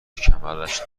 کمرش